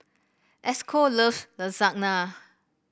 Esco loves Lasagna